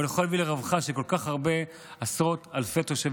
אבל הוא יכול להביא לרווחה של עשרות אלפי תושבים,